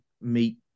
meet